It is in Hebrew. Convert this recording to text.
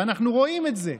ואנחנו רואים את זה.